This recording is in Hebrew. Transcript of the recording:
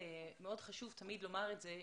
מאוד חשוב תמיד לומר את זה.